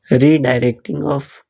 redirecting of